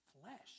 flesh